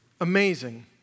Amazing